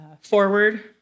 forward